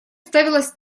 ставилась